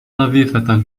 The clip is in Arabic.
نظيفة